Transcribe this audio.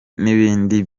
n’ibindi